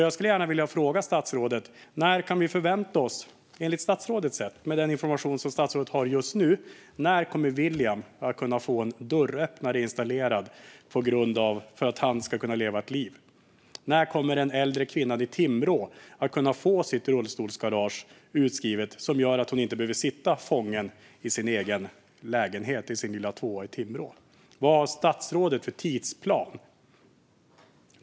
Jag skulle gärna vilja fråga statsrådet: När kan vi, med den information som statsrådet har just nu, förvänta oss att William kan få en dörröppnare installerad, så att han kan leva ett liv? När kommer den äldre kvinnan i Timrå att kunna få sitt rullstolsgarage, som gör att hon inte behöver sitta fången i sin lilla tvåa? Vad har statsrådet för tidsplan?